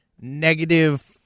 Negative